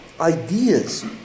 ideas